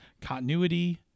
continuity